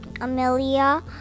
Amelia